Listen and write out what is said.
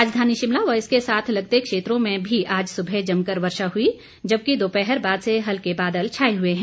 राजधानी शिमला व इसके साथ लगते क्षेत्रों में भी आज सुबह जमकर वर्षा हुई जबकि दोपहर बाद से हल्के बादल छाए हुए हैं